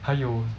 还有